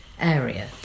area